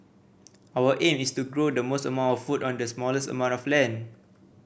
our aim is to grow the most amount of food on the smallest amount of land